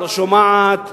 לא שומעת,